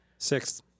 Sixth